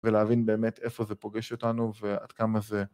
ולהבין באמת איפה זה פוגש אותנו, ועד כמה זה...